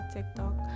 TikTok